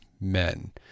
men